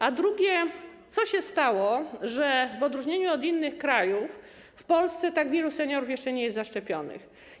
A drugie: Co się stało, że w odróżnieniu od innych krajów w Polsce tak wielu seniorów nie jest jeszcze zaszczepionych?